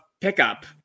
pickup